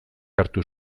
hartu